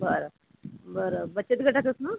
बरं बरं बचत गटातच ना